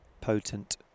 potent